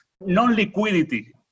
non-liquidity